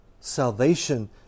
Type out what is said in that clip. Salvation